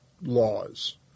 laws